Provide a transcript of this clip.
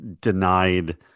denied